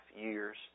years